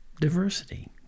diversity